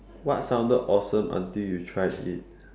what sounded awesome until you tried it